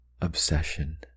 obsession